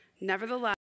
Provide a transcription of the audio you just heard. Nevertheless